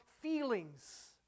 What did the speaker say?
feelings